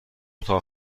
اتاق